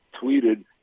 tweeted